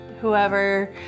whoever